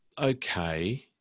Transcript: Okay